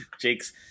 Jake's